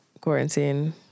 quarantine